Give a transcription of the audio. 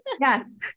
Yes